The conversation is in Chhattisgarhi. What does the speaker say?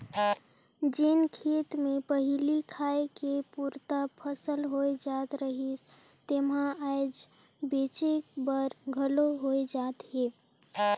जेन खेत मे पहिली खाए के पुरता फसल होए जात रहिस तेम्हा आज बेंचे बर घलो होए जात हे